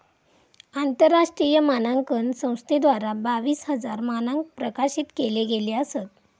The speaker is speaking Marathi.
आंतरराष्ट्रीय मानांकन संस्थेद्वारा बावीस हजार मानंक प्रकाशित केले गेले असत